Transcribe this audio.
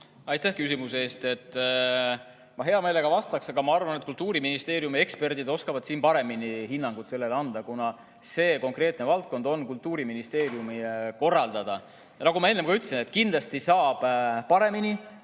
Aitäh küsimuse eest! Ma hea meelega vastaksin, aga ma arvan, et Kultuuriministeeriumi eksperdid oskavad siin paremini sellele hinnangut anda, kuna see konkreetne valdkond on Kultuuriministeeriumi korraldada. Nagu ma enne ütlesin, kindlasti saab paremini.